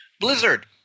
Blizzard